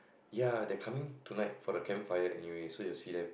ya they're coming tonight for the campfire tonight anyway so you'll see them